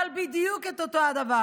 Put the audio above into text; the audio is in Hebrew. אבל בדיוק, את אותו הדבר?